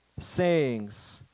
sayings